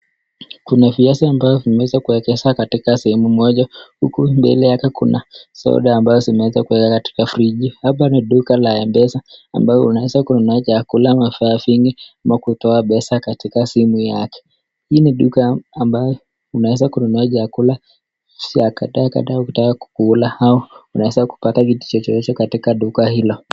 Kuna viazi ambavyo vimeweza kuegezwa katika sehemu moja, huku mbele yake kuna soda ambazo zimeweza kuekwa katika fridge . Hapa ni duka la m-pesa, ambayo unaweza kununua chakula na vifaa vingi ama kutoa pesa katika simu yake. Hii ni duka ambayo unaweza kununua chakula, vifaa kadhaa kadhaa ukitaka kukula au unaweza kupata kitu chochote katika duka hilo.